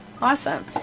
Awesome